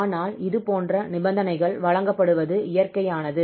ஆனால் இதுபோன்ற நிபந்தனைகள் வழங்கப்படுவது இயற்கையானது